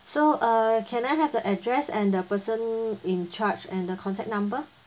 so uh can I have the address and the person in charge and the contact number